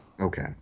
Okay